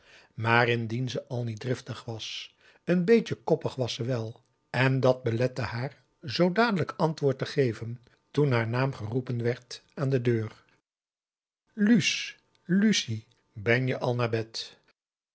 maar indien ze al niet driftig was een beetje koppig was ze wel en dat belette haar zoo dadelijk antwoord te geven toen haar naam geroepen werd aan de deur luus lucie ben je al naar bed